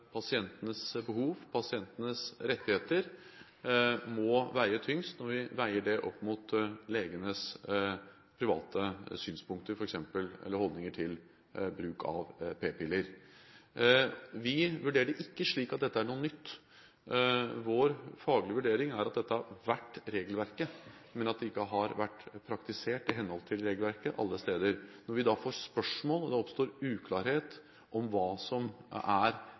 pasientenes behov og pasientenes rettigheter må veie tyngst når vi veier det opp mot legenes private synspunkter og holdninger til bruk av p-piller. Vi vurderer det ikke slik at dette er noe nytt. Vår faglige vurdering er at dette har vært regelverket, men det har ikke vært praktisert i henhold til regelverket alle steder. Når vi da får spørsmål og det oppstår uklarhet om hva som er